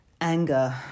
anger